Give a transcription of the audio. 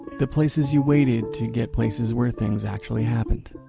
the places you waited to get places where things actually happened.